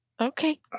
Okay